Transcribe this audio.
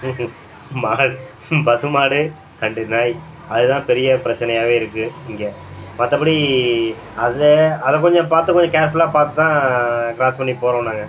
ஹும் மா ம் பசுமாடு அண்டு நாய் அது தான் பெரிய பிரச்சனையாகவே இருக்கும் இங்கே மற்றபடி அதை அதை கொஞ்சம் பார்த்து கொஞ்சம் கேர்ஃபுலாக பார்த்து தான் க்ராஸ் பண்ணி போகிறோம் நாங்கள்